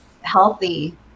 healthy